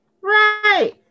right